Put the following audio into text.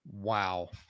Wow